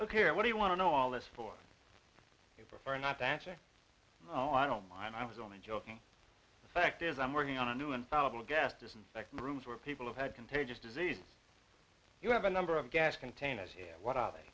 here what do you want to know all this for you prefer not to answer oh i don't mind i was only joking the fact is i'm working on a new infallible gas disinfectant rooms where people have had contagious disease you have a number of gas containers here what